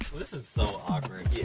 this is so awkward, yeah